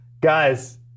Guys